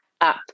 up